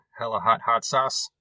hellahothotsauce